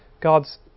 God's